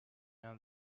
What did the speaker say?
and